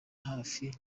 hafi